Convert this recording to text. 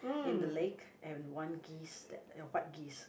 in the lake and one geese that white geese